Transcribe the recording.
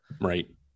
right